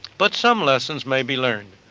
but some lessons may be learned.